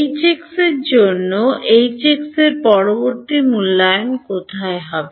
এইচএক্সের জন্য এইচএক্সের পরবর্তী মূল্যায়ন কোথায় হবে